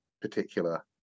particular